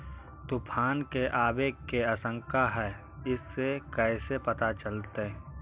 तुफान के आबे के आशंका है इस कैसे पता चलतै?